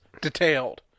detailed